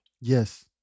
Yes